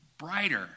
brighter